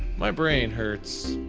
my brain hurts.